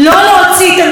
דירות,